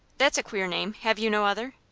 that's a queer name have you no other?